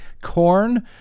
corn